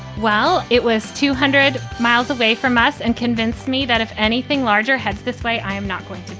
well, it was two hundred miles away from us. and convince me that if anything larger heads this way, i am not going